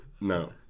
no